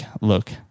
look